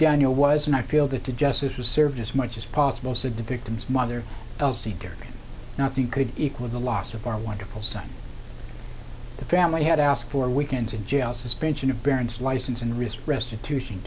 daniel was and i feel that justice was served as much as possible said the victim's mother nothing could equal the loss of our wonderful son the family had asked for weekends in jail suspension of baron's license and risk restitution